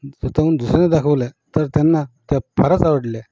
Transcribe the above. स्वत हून दुसऱ्यांना दाखवल्या तर त्यांना त्या फारच आवडल्या